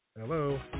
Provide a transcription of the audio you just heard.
Hello